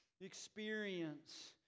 experience